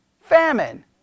famine